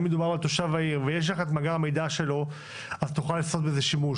אם מדובר על תושב העיר ויש לך את המידע שלו אז תוכל לעשות בזה שימוש.